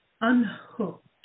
unhooked